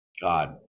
God